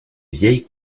vieilles